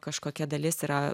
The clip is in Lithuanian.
kažkokia dalis yra